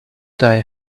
die